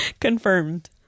Confirmed